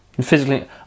Physically